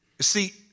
see